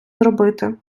зробити